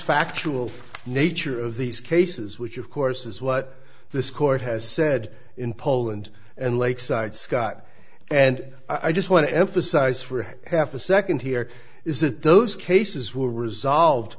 factual nature of these cases which of course is what this court has said in poland and lakeside scott and i just want to emphasize for half a second here is that those cases were dissolved